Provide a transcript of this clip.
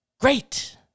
great